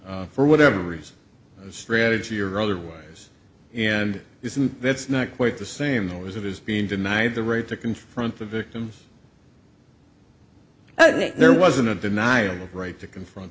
for whatever reason strategy or otherwise and that's not quite the same hours of his being denied the right to confront the victim there wasn't a denier right to confront